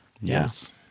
Yes